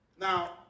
Now